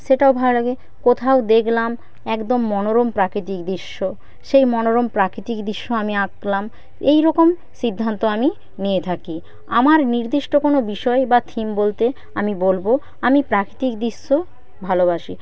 সেটাও ভালো লাগে কোথাও দেখলাম একদম মনোরম প্রাকৃতিক দৃশ্য সেই মনোরম প্রাকৃতিক দৃশ্য আমি আঁকলাম এইরকম সিদ্ধান্ত আমি নিয়ে থাকি আমার নির্দিষ্ট কোনও বিষয় বা থিম বলতে আমি বলব আমি প্রাকৃতিক দৃশ্য ভালোবাসি